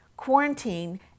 quarantine